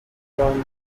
therapy